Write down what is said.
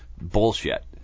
bullshit